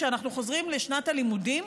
כשאנחנו חוזרים לשנת הלימודים,